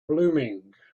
blooming